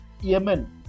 Yemen